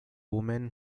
woman